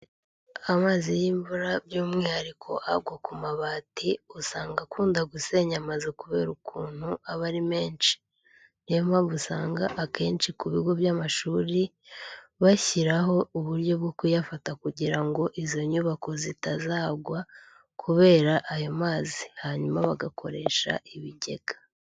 Amazi y'imvura by'umwihariko agwa ku mabati, usanga akunda gusenya amazu kubera ukuntu aba ari menshi. Niyo mpamvu, usanga akenshi ku bigo by'amashuri bashyiraho uburyo bwo kuyafata kugira ngo izo nyubako zitazagwa kubera ayo mazi hanyuma bagakoresha ibigega.